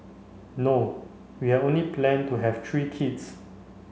no we had only plan to have three kids